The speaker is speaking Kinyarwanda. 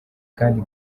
kandi